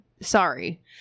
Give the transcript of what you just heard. Sorry